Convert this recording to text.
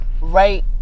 right